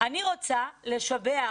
אני רוצה לשבח